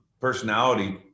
personality